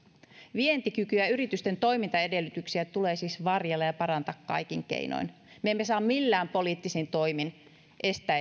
vientikykyä ja ja yritysten toimintaedellytyksiä tulee siis varjella ja parantaa kaikin keinoin me emme saa millään poliittisin toimin estää